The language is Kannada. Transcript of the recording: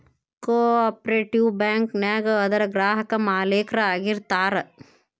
ಕೊ ಆಪ್ರೇಟಿವ್ ಬ್ಯಾಂಕ ನ್ಯಾಗ ಅದರ್ ಗ್ರಾಹಕ್ರ ಮಾಲೇಕ್ರ ಆಗಿರ್ತಾರ